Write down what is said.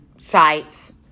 sites